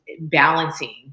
balancing